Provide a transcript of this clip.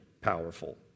powerful